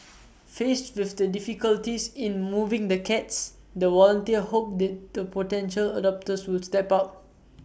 faced with the difficulties in moving the cats the volunteers hope that the potential adopters will step up